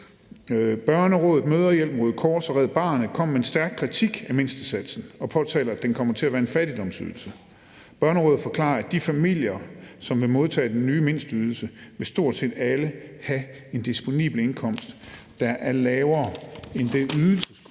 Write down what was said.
Børnerådet, Mødrehjælpen, Røde Kors og Red Barnet kommer med en stærk kritik af mindstesatsen og påtaler, at den kommer til at være en fattigdomsydelse. Børnerådet forklarer, at de familier, som vil modtage den nye mindsteydelse, stort set alle vil have en disponibel indkomst, der er lavere end det, Ydelseskommissionen